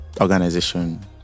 organization